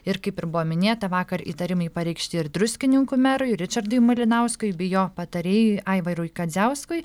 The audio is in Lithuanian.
ir kaip ir buvo minėta vakar įtarimai pareikšti ir druskininkų merui ričardui malinauskui bei jo patarėjui aivarui kadziauskui